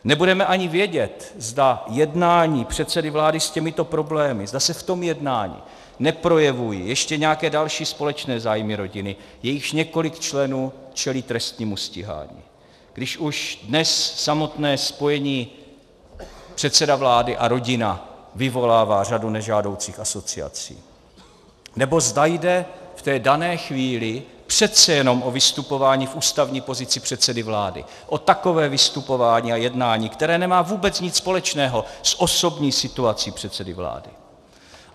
Nebudeme ani vědět, zda se v jednání předsedy vlády s těmito problémy neprojevují ještě nějaké další společné zájmy rodiny, jejíchž několik členů čelí trestnímu stíhání, když už dnes samotné spojení předsedy vlády a rodiny vyvolává řadu nežádoucích asociací, nebo zda jde v té dané chvíli přece jenom o vystupování v ústavní pozici předsedy vlády, o takové vystupování a jednání, které nemá vůbec nic společného s osobní situací předsedy vlády.